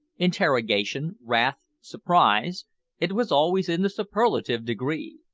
interrogation, wrath, surprise it was always in the superlative degree.